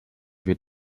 wird